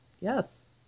Yes